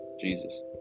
Jesus